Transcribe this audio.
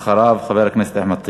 ואחריו, חבר הכנסת אחמד טיבי.